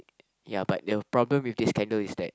ya but the problem with this candle is that